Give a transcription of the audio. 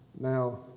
now